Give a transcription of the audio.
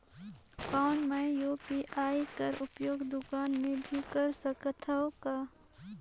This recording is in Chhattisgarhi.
कौन मै यू.पी.आई कर उपयोग दुकान मे भी कर सकथव का?